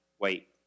wait